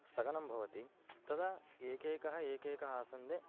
स्थगनं भवति तदा एकैकः एकैकः आसन्दे